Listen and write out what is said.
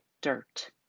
dirt